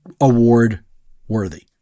award-worthy